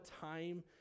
time